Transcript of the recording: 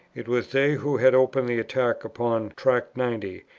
it was they who had opened the attack upon tract ninety,